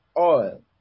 oil